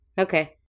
Okay